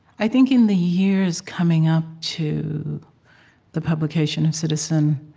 i think, in the years coming up to the publication of citizen,